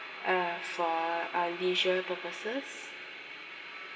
uh for uh leisure purposes